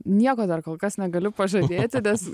nieko dar kol kas negaliu pažadėti nes